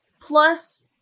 Plus